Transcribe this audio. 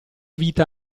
vita